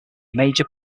major